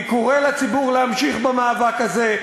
אני קורא לציבור להמשיך במאבק הזה.